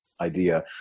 idea